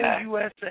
USA